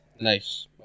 nice